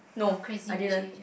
or Crazy-Rich-Asian